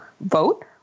vote